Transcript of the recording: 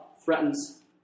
threatens